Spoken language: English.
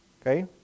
Okay